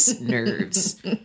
nerves